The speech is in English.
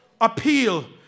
appeal